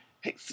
Hey